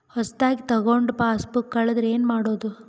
ಹೊಸದಾಗಿ ತೆಗೆದುಕೊಂಡ ಪಾಸ್ಬುಕ್ ಕಳೆದರೆ ಏನು ಮಾಡೋದು?